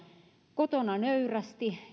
kotona nöyrästi